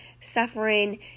suffering